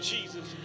Jesus